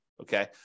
Okay